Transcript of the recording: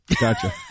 Gotcha